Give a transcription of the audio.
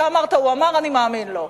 אתה אמרת: הוא אמר, אני מאמין לו.